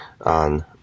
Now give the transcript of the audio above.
on